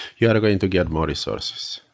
you are going to get more resources.